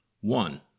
one